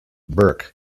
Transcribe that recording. burke